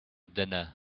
dinner